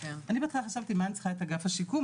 אני בהתחלה מה אני צריכה את אגף השיקום,